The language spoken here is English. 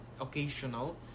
occasional